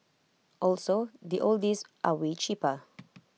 also the oldies are way cheaper